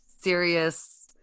serious